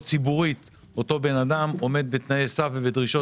ציבורית אותו אדם עומד בתנאי סף ובדרישות.